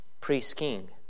priest-king